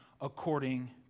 according